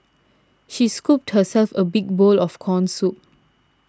she scooped herself a big bowl of Corn Soup